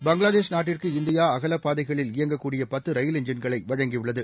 பங்களாதேஷ் நாட்டிற்கு இந்தியா அகலப் பாதைகளில் இயங்கக்கூடிய பத்து ரயில் எஞ்சின்களை வழங்கியுள்ளது